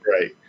right